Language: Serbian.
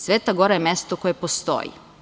Sveta gora je mesto koje postoji.